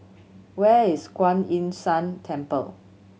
where is Kuan Yin San Temple